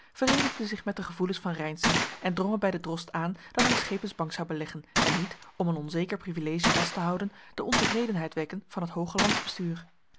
vereenigden zich met de gevoelens van reynszen en drongen bij den drost aan dat hij schepensbank zou beleggen en niet om een onzeker privilege vast te houden de ontevredenheid wekken van het